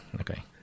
okay